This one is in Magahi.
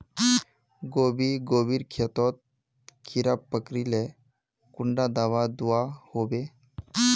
गोभी गोभिर खेतोत कीड़ा पकरिले कुंडा दाबा दुआहोबे?